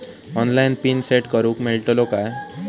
Online PIN set करूक मेलतलो काय?